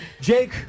Jake